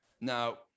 Now